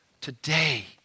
Today